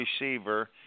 receiver